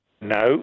No